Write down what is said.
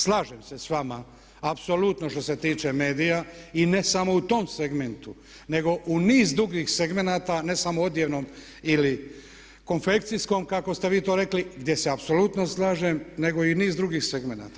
Slažem se s vama, apsolutno što se tiče medija i ne samo u tom segmentu nego u niz drugih segmenata, ne samo odjevnom ili konfekcijskom kako ste vi to rekli gdje se apsolutno slažem nego i niz drugih segmenata.